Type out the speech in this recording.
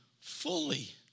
fully